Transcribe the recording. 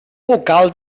vocal